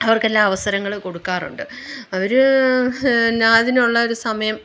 അവർക്കെല്ലാം അവസരങ്ങൾ കൊടുക്കാറുണ്ട് അവർ പിന്നെ അതിനുള്ള ഒരു സമയം